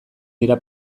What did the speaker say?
dira